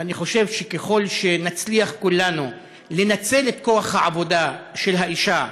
ואני חושב שככל שנצליח כולנו לנצל את כוח העבודה של האישה,